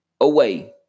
away